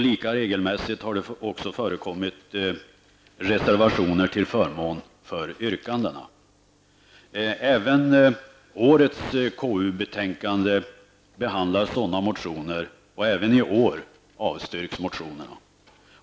Lika regelmässigt har det förekommit reservationer till förmån för yrkandena. Även årets KU-betänkande behandlar sådana motioner och också i år avstyrks de.